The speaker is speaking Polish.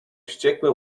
wściekłe